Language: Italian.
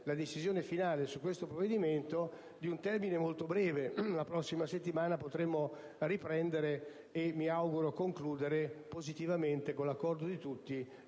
la decisione finale su questo provvedimento di un termine molto breve. La prossima settimana potremmo infatti riprendere e, mi auguro, concludere positivamente e con l'accordo di tutti